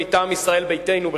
מטעם ישראל ביתנו,